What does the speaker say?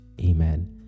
Amen